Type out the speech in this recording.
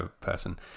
person